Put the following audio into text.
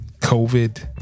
COVID